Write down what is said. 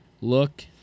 look